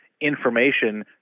information